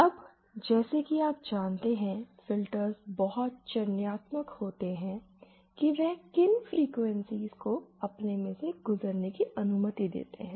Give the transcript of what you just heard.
अब जैसा कि आप जानते हैं फिल्टर्स बहुत चयनात्मक होते हैं कि वह किन फ्रिकवेंसी को अपने में से गुजरने की अनुमति देते हैं